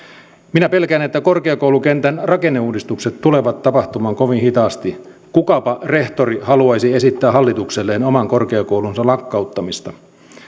minä pelkään että korkeakoulukentän rakenneuudistukset tulevat tapahtumaan kovin hitaasti kukapa rehtori haluaisi esittää hallitukselleen oman korkeakoulunsa lakkauttamista